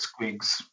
squigs